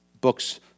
books